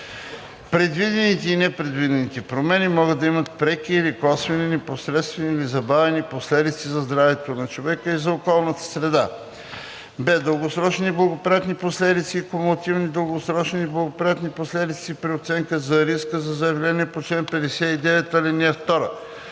Предвидените и непредвидените промени могат да имат преки или косвени, непосредствени или забавени последици за здравето на човека и за околната среда. б) дългосрочни неблагоприятни последици и кумулативни дългосрочни неблагоприятни последици при ОР за заявления по чл. 59, ал. 2: